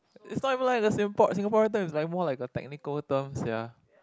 is not even like the Singapore Singaporean term is like more like a technical term sia